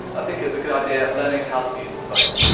i think it's a good idea learning how to use them both.